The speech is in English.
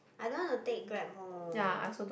I don't want to take Grab home